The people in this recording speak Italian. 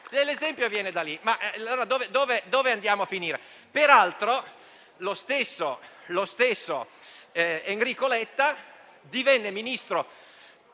l'esempio viene da lì, dove andiamo a finire? Peraltro, lo stesso Enrico Letta divenne Ministro